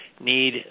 need